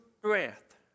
strength